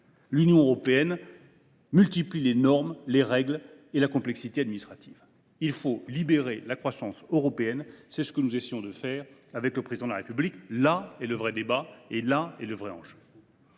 risques, multiplie les normes, les règles et la complexité administrative. Il faut libérer la croissance européenne ; c’est ce que nous essayons de faire avec le Président de la République. Là est le vrai débat ; là est le vrai enjeu.